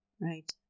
right